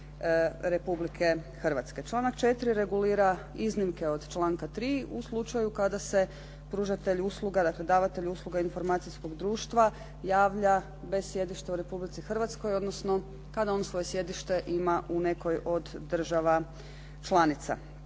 Republike Hrvatske. Članak 4. regulira iznimke od članka 3. u slučaju kada se pružatelj usluga, dakle, davatelj usluga informacijskog društva javlja bez sjedišta u Republici Hrvatskoj odnosno kada on svoje sjedište ima u nekoj od država članica